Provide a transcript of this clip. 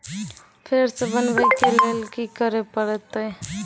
फेर सॅ बनबै के लेल की करे परतै?